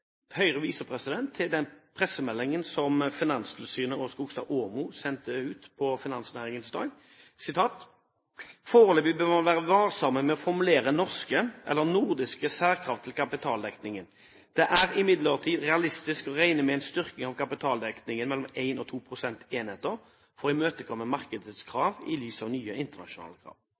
Høyre viser til den pressemeldingen som Finanstilsynet og Skogstad Aamo sendte ut på Finansnæringens dag: «Foreløpig bør man være varsomme med å formulere norske eller nordiske særkrav til kapitaldekningen. Det er imidlertid realistisk å regne med en styrking av kapitaldekningen mellom 1 og 2 prosentenheter for å imøtekomme markedets krav i lys av de nye internasjonale